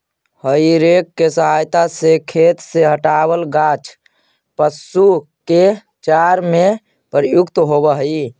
हेइ rake के सहायता से खेत से हँटावल गाछ पशु के चारा में प्रयुक्त होवऽ हई